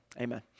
Amen